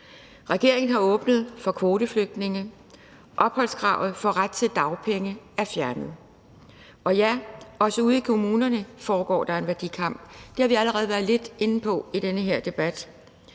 Regeringen har åbnet for kvoteflygtninge. Opholdskravet for ret til dagpenge er fjernet. Ja, også ude i kommunerne foregår der en værdikamp. Det har vi allerede været lidt inde på i den her debat.